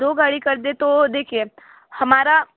दो गाड़ी कर दें तो देखिए हमारा